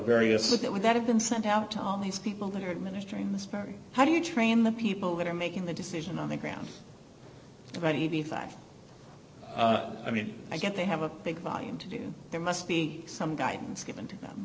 various look that would that have been sent out to all these people that are administrating this very how do you train the people that are making the decision on the ground about eighty five dollars i mean i guess they have a big volume to do there must be some guidance given to them